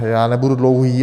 Já nebudu dlouhý.